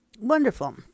Wonderful